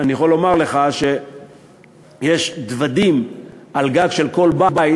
ואני יכול לומר לך שיש דוודים על גג של כל בית,